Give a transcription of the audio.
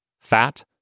fat